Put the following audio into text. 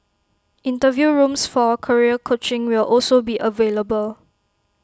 interview rooms for career coaching will also be available